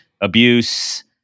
abuse